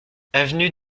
avenue